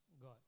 God